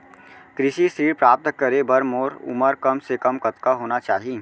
कृषि ऋण प्राप्त करे बर मोर उमर कम से कम कतका होना चाहि?